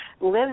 live